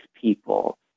people